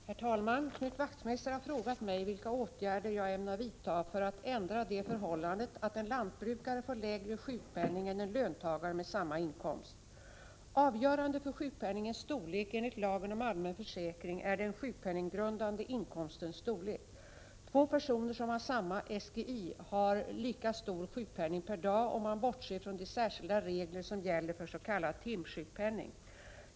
Herr talman! Knut Wachtmeister har frågat mig vilka åtgärder jag ämnar vidta för att ändra det förhållandet att en lantbrukare får lägre sjukpenning än en löntagare med samma inkomst. Avgörande för sjukpenningens storlek enligt lagen om allmän försäkring är den sjukpenninggrundande inkomstens, SGI:ns, storlek. Två personer som har samma SGI har lika stor sjukpenning per dag, om man bortser från de särskilda regler som gäller för s.k. timsjukpenning.